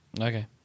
Okay